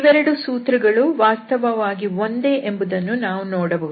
ಇವೆರಡೂ ಸೂತ್ರಗಳು ವಾಸ್ತವವಾಗಿ ಒಂದೇ ಎಂಬುದನ್ನು ನಾವು ನೋಡಬಹುದು